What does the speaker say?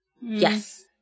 yes